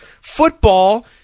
football